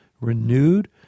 renewed